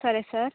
సరే సార్